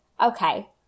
okay